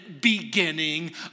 beginning